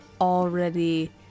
already